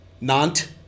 Nant